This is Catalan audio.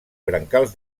brancals